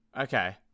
Okay